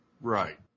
Right